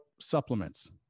supplements